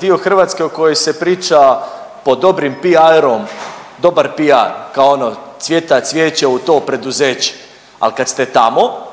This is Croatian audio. dio Hrvatske o kojoj se priča pod dobrim PR-om, dobar PR kao ono cvjeta cvijeće u to preduzeće. Ali kad ste tamo